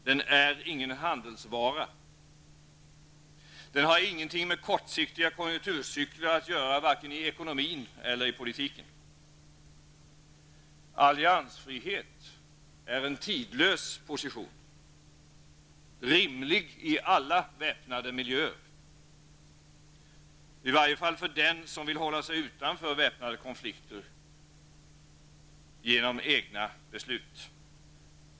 Den är ingen handelsvara. Den har ingenting med kortsiktiga konjunkturcykler att göra, varken i ekonomin eller i politiken. Alliansfrihet är en tidlös position, rimlig i alla väpnade miljöer, i varje fall för den som vill hålla sig utanför väpnade konflikter genom egna beslut.